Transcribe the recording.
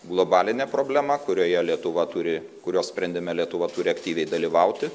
globalinė problema kurioje lietuva turi kurios sprendime lietuva turi aktyviai dalyvauti